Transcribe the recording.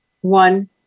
one